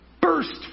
burst